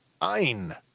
Ein